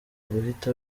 guhita